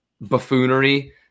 buffoonery